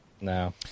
No